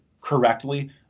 correctly